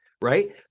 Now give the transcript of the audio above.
right